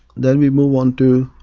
then we move onto